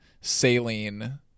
saline